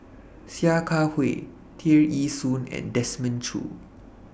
Sia Kah Hui Tear Ee Soon and Desmond Choo